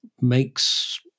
makes